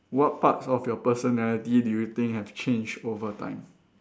what parts of your personality do you think have changed overtime